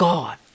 God